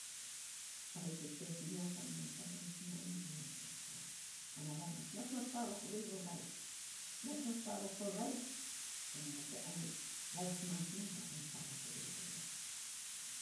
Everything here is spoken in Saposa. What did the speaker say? farei te tsue fi nyo, kaminon sanan kinai iny nasnas rais ana ra mas farof ovei ror rais, nasnas faarof ror rais ana ra te ainy rais mas non ra ainy faarof ovei ror ya.